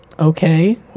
Okay